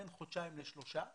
לוקח בין חודשיים לשלושה חודשים.